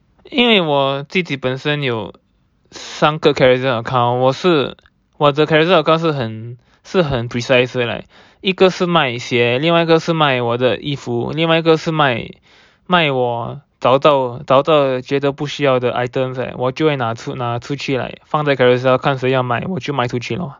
因为我自己本生有三个 Carousell account 我是我的 Carousell account 是很是很 precise 所以 like 一个是卖鞋另外一个是卖我的衣服另外一个是卖卖我找到找到觉得不需要的 items right 我就会拿出拿出去 like 放在 Carousell 看谁要买我就卖出去 lor